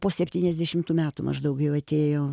po septyniasdešimtų metų maždaug jau atėjo